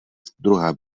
druhá